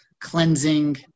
cleansing